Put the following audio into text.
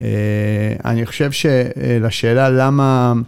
אני חושב שלשאלה למה...